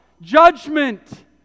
judgment